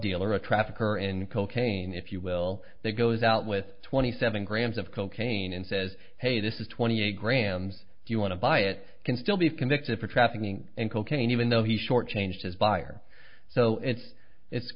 dealer a trafficker in cocaine if you will they goes out with twenty seven grams of cocaine and says hey this is twenty eight grams if you want to buy it can still be convicted for trafficking and cocaine even though he's short changed his buyer so it's it's